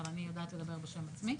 אבל אני יודעת לדבר בשם עצמי.